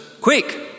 Quick